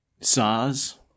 SARS